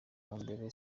mumbele